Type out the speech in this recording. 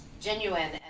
genuine